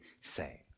say